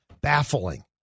baffling